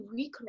reconnect